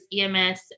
EMS